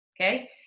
okay